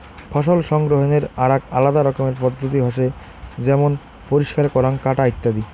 ফসল সংগ্রহনের আরাক আলাদা রকমের পদ্ধতি হসে যেমন পরিষ্কার করাঙ, কাটা ইত্যাদি